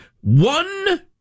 one